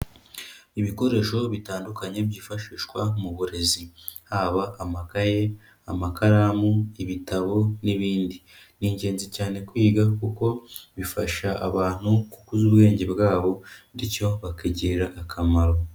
Ibikoresho bitandukanye byifashishwa mu burezi. Haba amakaye, amakaramu, ibitabo n'ibindi. Ni ingenzi cyane kwiga kuko bifasha abantu gukuza ubwenge bwabo bityo bakigirira akamaro.